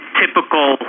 typical